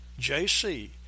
jc